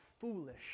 foolish